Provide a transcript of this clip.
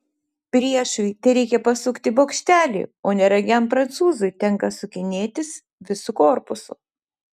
priešui tereikia pasukti bokštelį o nerangiam prancūzui tenka sukinėtis visu korpusu